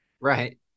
Right